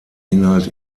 inhalt